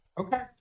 Okay